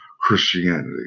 Christianity